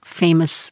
famous